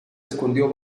escondió